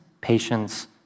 patience